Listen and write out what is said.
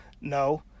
No